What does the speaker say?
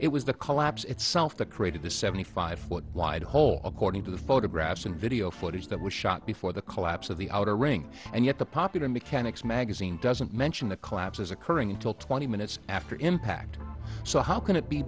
it was the collapse itself the created the seventy five foot wide hole according to the photographs and video footage that was shot before the collapse of the outer ring and yet the popular mechanics magazine doesn't mention the collapses occurring until twenty minutes after impact so how can it be